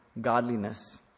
godliness